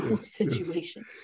situation